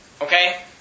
Okay